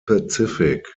pacific